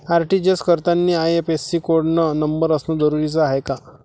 RTGS करतांनी IFSC न number असनं जरुरीच हाय का?